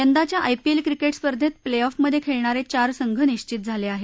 यंदाच्या IPL cricket स्पर्धेत play off मधे खेळणारे चार संघ निश्वित झाले आहेत